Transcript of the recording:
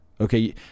okay